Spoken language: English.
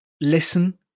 listen